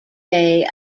day